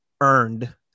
earned